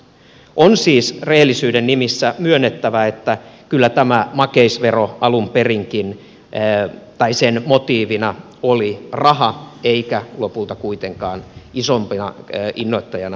on siis rehellisyyden nimissä myönnettävä että kyllä tämän makeisveron motiivina alun perinkin oli raha eikä lopulta kuitenkaan isoimpana innoittajana terveys